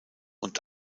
und